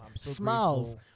smiles